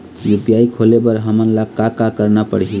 UPI खोले बर हमन ला का का करना पड़ही?